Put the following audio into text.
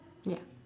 ya